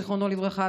זיכרונו לברכה,